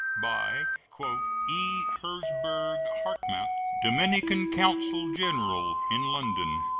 by e. herzberg hartmount, dominican consul-general in london.